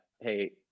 Hey